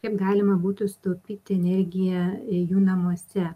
kaip galima būtų sutaupyti energiją jų namuose